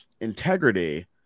integrity